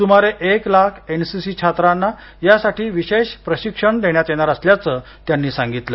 सुमारे एक लाख एनसीसी छात्रांना यासाठी विशेष प्रशिक्षण देण्यात येणार असल्याचं मोदी यांनी सांगितलं